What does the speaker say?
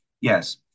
yes